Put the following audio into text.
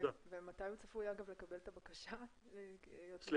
הווירוס השלם יש שלושה מאמצים של שתי חברות סיניות גדולות,